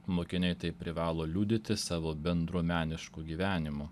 mokiniai tai privalo liudyti savo bendruomenišku gyvenimu